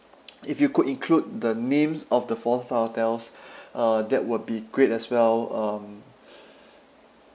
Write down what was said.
if you could include the names of the four star hotels uh that would be great as well um